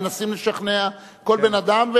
הם מנסים לשכנע כל בן-אדם,